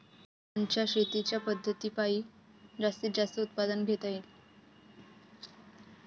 कोनच्या शेतीच्या पद्धतीपायी जास्तीत जास्त उत्पादन घेता येईल?